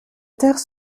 taire